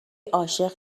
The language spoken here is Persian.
عاشق